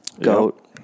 goat